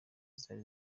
zari